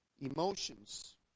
emotions